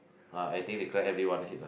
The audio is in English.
ah I think declare everyone ah